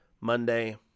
Monday